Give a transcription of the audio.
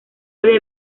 había